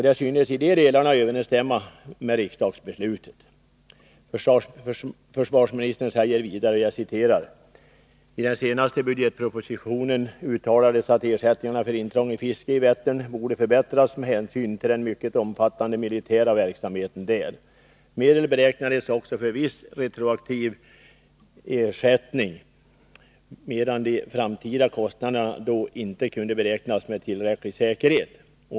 Det synesi de delarna överensstämma med riksdagsbeslutet. Försvarsministern säger vidare: ”I den senaste budgetpropositionen uttalades att ersättningarna för intrång i fiske i Vättern borde förbättras med hänsyn till den mycket omfattande militära verksamheten där. Medel beräknades också för viss retroaktiv ersättning, medan de framtida kostnaderna då inte kunde beräknas med tillräcklig säkerhet.